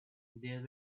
there